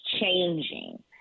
changing